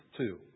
two